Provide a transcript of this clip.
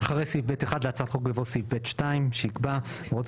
אחרי סעיף (ב1) להצעת החוק יבוא סעיף (ב2) שיקבע 'הוראות